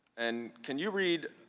and can you read